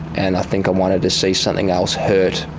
and i think i wanted to see something else hurt,